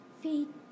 feet